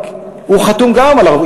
הוא חתום גם על ערבויות,